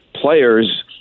players